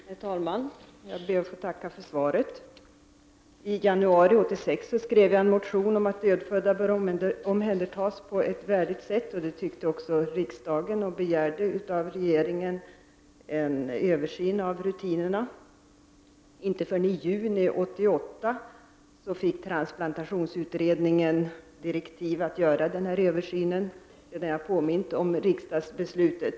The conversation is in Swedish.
Herr talman! Jag ber att få tacka för svaret. I januari 1986 skrev jag en motion om att dödfödda bör omhändertas på ett värdigt sätt. Det tyckte också riksdagen och begärde av regeringen en översyn av rutinerna. Inte förrän i juni 1988 fick transplantationsutredningen direktiv att göra denna översyn, sedan jag påmint om riksdagsbeslutet.